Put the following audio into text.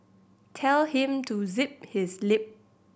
tell him to zip his lip